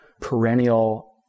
perennial